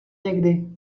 někdy